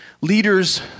Leaders